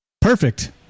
Perfect